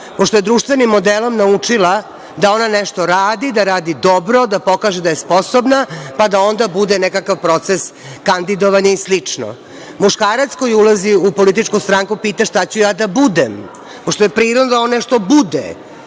Pošto je društvenim modelom naučila da ona nešto radi, da radi dobro, da pokaže da je sposobna, pa da onda bude nekakav proces kandidovanja i slično. Muškarac koji ulazi u političku stranku pita – šta ću ja da budem? Pošto je prirodno da on nešto bude,